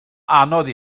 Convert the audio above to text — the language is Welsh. anodd